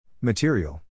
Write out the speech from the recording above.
Material